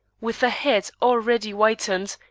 with a head already whitened,